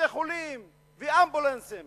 ובתי-חולים ואמבולנסים